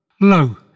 Lo